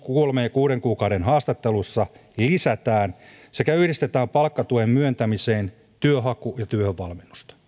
kuuden kuukauden haastatteluissa sekä yhdistetään palkkatuen myöntämiseen työnhaku ja työvalmennusta